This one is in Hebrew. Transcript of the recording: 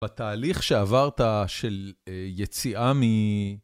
בתהליך שעברת של יציאה מ...